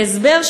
ההסבר,